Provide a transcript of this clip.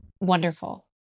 Wonderful